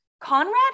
Conrad